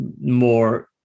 more